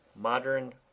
modern